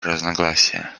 разногласия